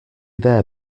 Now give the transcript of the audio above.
there